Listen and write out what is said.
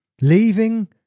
Leaving